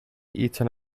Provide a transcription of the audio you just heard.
eaten